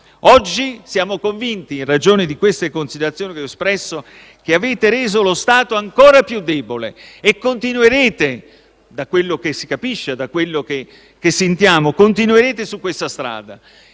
Oggi siamo convinti, in ragione di queste considerazioni che ho espresso, che avete reso lo Stato ancora più debole e continuerete, da quello che si capisce e da quello che sentiamo, su questa strada.